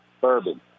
bourbon